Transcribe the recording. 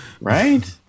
Right